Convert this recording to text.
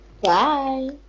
Bye